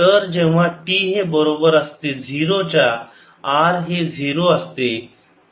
तर जेव्हा t हे बरोबर असते 0 च्या r हे 0 असते